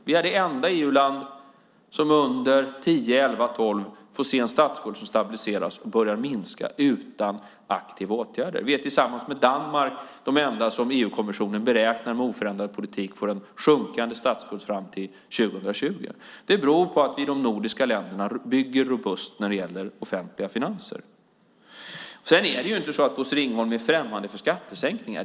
Vi är det enda EU-land som under 2010, 2011 och 2012 får se en statsskuld som kommer att stabiliseras och börja minska utan aktiva åtgärder. Vi är tillsammans med Danmark de enda som EU-kommmissionen beräknar med oförändrad politik få en sjunkande statsskuld fram till 2020. Det beror på att vi i de nordiska länderna bygger robust när det gäller offentliga finanser. Bosse Ringholm är inte främmande för skattesänkningar.